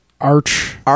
arch